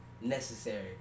necessary